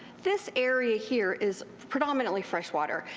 this area here is predominantly fresh water.